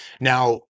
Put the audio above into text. Now